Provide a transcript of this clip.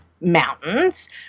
Mountains